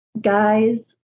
Guys